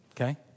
okay